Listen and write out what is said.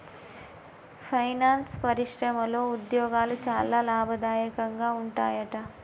finance పరిశ్రమలో ఉద్యోగాలు చాలా లాభదాయకంగా ఉంటాయట